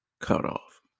cutoff